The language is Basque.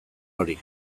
hori